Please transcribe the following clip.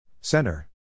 Center